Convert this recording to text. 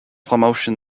promotion